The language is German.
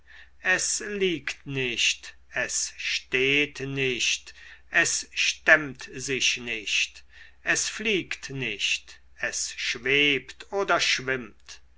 es liegt nicht es steht nicht es stemmt sich nicht es fliegt nicht es schwebt oder schwimmt